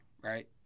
right